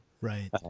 right